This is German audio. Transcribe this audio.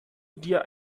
dir